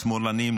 השמאלנים,